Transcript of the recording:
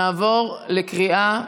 נעבור לקריאה שלישית.